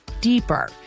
deeper